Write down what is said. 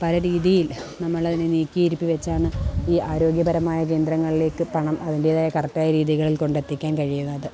പല രീതിയിൽ നമ്മളതിനു നീക്കിയിരുപ്പു വെച്ചാണ് ഈ ആരോഗ്യപരമായ കേന്ദ്രങ്ങളിലേക്കു പണം അതിൻറ്റേതായ കറക്റ്റായ രീതികളിൽ കൊണ്ടെത്തിക്കാൻ കഴിയുന്നത്